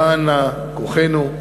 כאן כוחנו,